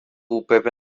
upépe